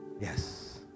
Yes